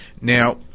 Now